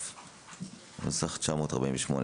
(פ/138/25) (פ/138/25) כ/948,